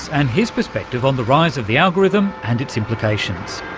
and his perspective on the rise of the algorithm and its implications.